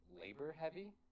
labor-heavy